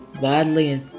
widely